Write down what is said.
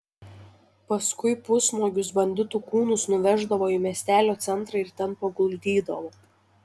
paskui pusnuogius banditų kūnus nuveždavo į miestelio centrą ir ten paguldydavo